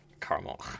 Caramel